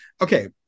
okay